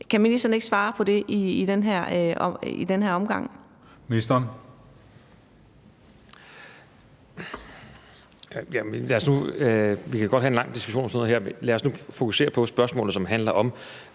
Kan ministeren ikke svare på det i den her omgang?